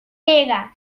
pega